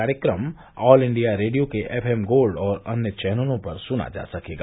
कार्यक्रम all India radio के F M gold और अन्य चैनलों पर सुना जा सकेगा